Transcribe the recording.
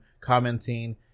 commenting